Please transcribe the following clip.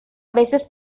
veces